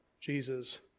Jesus